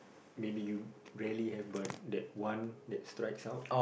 maybe you really have but that one that strikes out